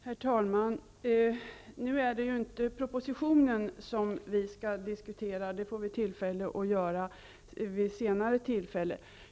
Herr talman! Nu är det inte propositionen vi skall diskutera. Det får vi tillfälle att göra vid ett senare tillfälle.